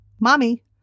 mommy